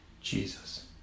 Jesus